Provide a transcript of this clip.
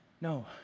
No